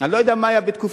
אני לא יודע מה היה בתקופתך,